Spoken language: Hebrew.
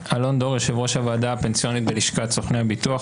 אני יושב-ראש הוועדה הפנסיונית בלשכת סוכני הביטוח.